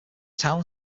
town